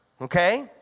Okay